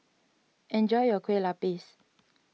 enjoy your Kueh Lapis